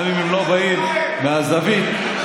גם אם הם לא באים מהזווית הציונית,